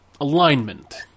alignment